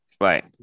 Right